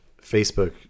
facebook